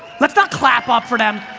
let's not clap up for them,